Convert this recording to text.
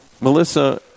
Melissa